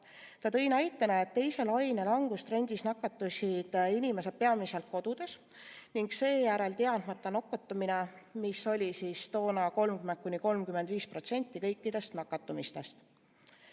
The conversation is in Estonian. Ta tõi näite, et teise laine langustrendis nakatusid inimesed peamiselt kodudes ning teadmata nakatumine oli toona 30–35% kõikidest nakatumistest.